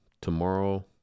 tomorrow